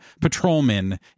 patrolmen